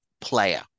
player